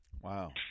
Wow